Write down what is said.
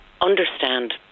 understand